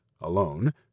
alone